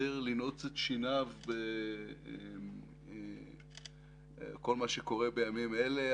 לנעוץ את שיניו בכל מה שקורה בימים אלה.